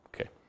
Okay